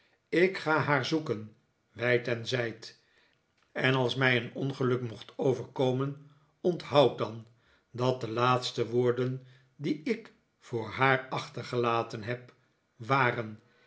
ik ga haar zoeken wijd en zijd en als mij een ongeluk mocht overkomen onthoud dan dat de laatste woorden die ik voor haar achtergelaten heb waren